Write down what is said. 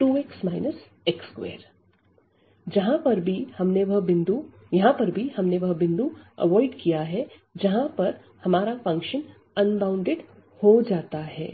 2dx2x x2 यहाँ पर भी हमने वह बिंदु अवॉइड किया है जहां पर हमारा फंक्शन अनबॉउंडेड हो जाता है